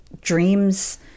dreams